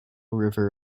river